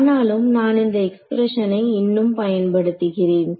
ஆனாலும் நான் இந்த எக்ஸ்பிரஸனை இன்னும் பயன்படுத்துகிறேன்